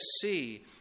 see